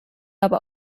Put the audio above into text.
aber